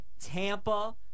Tampa